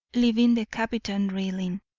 leaving the captain reeling.